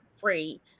free